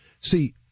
See